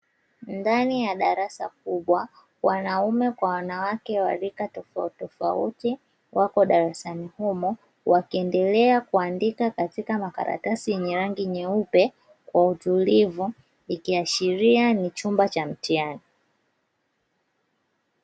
Ndani ya darasa kubwa, wanaume kwa wanawake wa rika tofautitofauti wako darasani humo wakiendelea kuandika katika makaratasi yenye rangi nyeupe kwa utulivu; ikiashiria ni chumba cha mtihani.